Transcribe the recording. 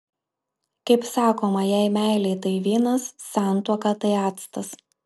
kaip sakoma jei meilė tai vynas santuoka tai actas